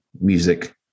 music